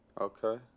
Okay